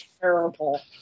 terrible